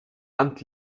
hand